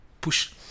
push